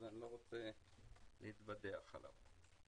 איני רוצה להתבדח עליו.